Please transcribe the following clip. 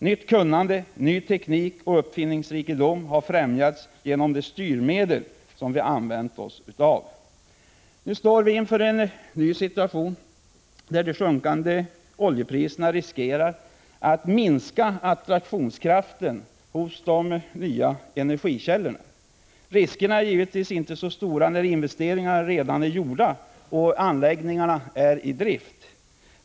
Nytt kunnande, ny teknik och uppfinningsrikedom har främjats genom de styrmedel som vi har använt oss av. Nu står vi inför en situation där det finns risk för att de sjunkande oljepriserna minskar attraktionskraften hos de nya energikällorna. Riskerna är givetvis inte så stora när investeringarna redan är gjorda och anläggningarnaäridrift.